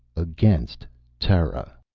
against terra!